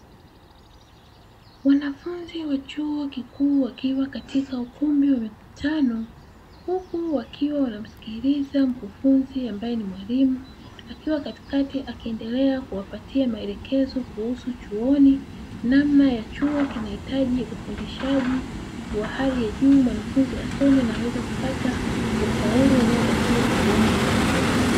Wanafunzi wa chuo kikuu wakiwa katika ukumbi wa mkutano huku wakiwa wanamsikiliza mkufunzi, ambaye ni mwalimu akiwa katikati akiwapatia maelekezo kuhusu chuoni namna ya chuo kinahitaji ufundishaji wa hali ya juu mwanafunzi asome na aweze kupata ufaulu unaotakiwa chuoni hapo.